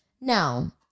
Now